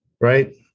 Right